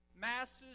masses